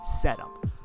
setup